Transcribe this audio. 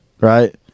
right